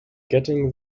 getting